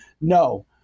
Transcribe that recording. No